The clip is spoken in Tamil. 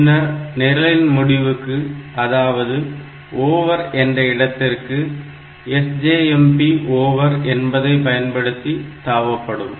பின்னர் நிரலின் முடிவுக்கு அதாவது ஓவர் என்ற இடத்திற்கு SJMP over என்பதை பயன்படுத்தி தாவப்படும்